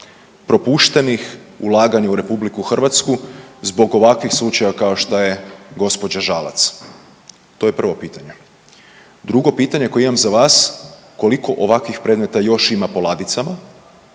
propuštenih ulagani u RH zbog ovakvih slučaja kao što je gospođa Žalac? To je prvo pitanje. Drugo pitanje koje imam za vas, koliko ovakvih predmeta još ima po ladicama